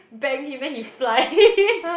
bang him then he fly